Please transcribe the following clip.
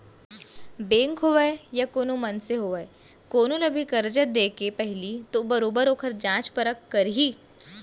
bank होवय या कोनो मनसे होवय कोनो ल भी करजा देके पहिली तो बरोबर ओखर जाँच परख करही